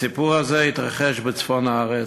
הסיפור הזה התרחש בצפון הארץ,